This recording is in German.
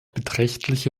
beträchtliche